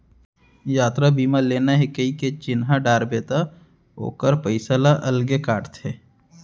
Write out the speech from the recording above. यातरा बीमा लेना हे कइके चिन्हा डारबे त ओकर पइसा ल अलगे काटथे